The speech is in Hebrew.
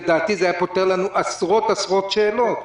לדעתי זה היה פותר לנו עשרות עשרות שאלות.